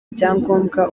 ibyangombwa